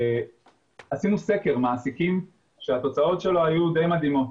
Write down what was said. עשינו סקר מעסיקים שהתוצאות שלו היו די מדהימות.